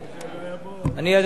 מבקש להסביר בדקה,